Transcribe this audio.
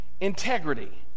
Integrity